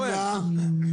הצבעה לא אושר.